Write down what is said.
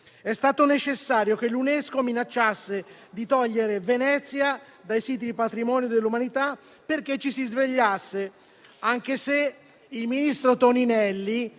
È stato necessario che l'UNESCO minacciasse di togliere Venezia dai siti patrimonio dell'umanità, perché ci si svegliasse, anche se il ministro Toninelli